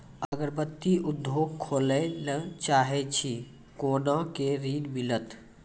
अगरबत्ती उद्योग खोले ला चाहे छी कोना के ऋण मिलत?